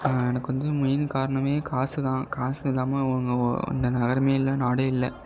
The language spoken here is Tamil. எனக்கு வந்து மெயின் காரணமே காசு தான் காசு இல்லாமல் ஒ இங்கே ஒ இந்த நகரமே இல்லை நாடே இல்லை